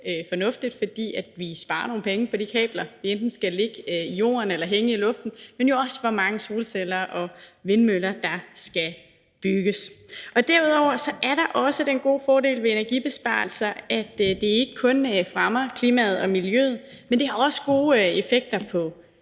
fordi vi sparer nogle penge på de kabler, som enten skal ligge i jorden eller hænge i luften, men jo også på grund af de mange solceller og vindmøller, der skal bygges. Derudover er der også den gode fordel ved energibesparelser, at det ikke kun fremmer klimaet og miljøet, men også har gode effekter på